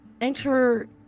enter